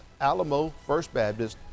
alamofirstbaptist